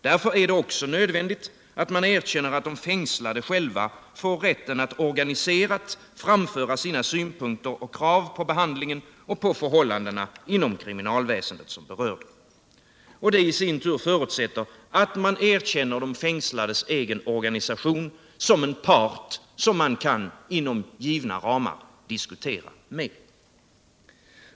Därför är det också nödvändigt att man erkänner att de fängslade själva får rätten att organiserat framföra sina synpunkter och krav på behandlingen och på förhållandena inom det kriminalväsende som berör dem. Detta i sin tur förutsätter att man erkänner de fängslades egen organisation som en part som man inom givna ramar kan diskutera med.